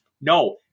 No